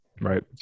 right